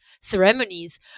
ceremonies